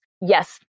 Yes